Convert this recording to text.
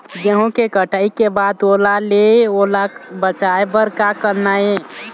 गेहूं के कटाई के बाद ओल ले ओला बचाए बर का करना ये?